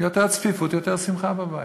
יותר צפיפות, יותר שמחה בבית.